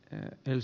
herkkyys